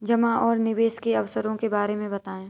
जमा और निवेश के अवसरों के बारे में बताएँ?